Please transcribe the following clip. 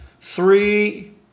three